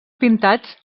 pintats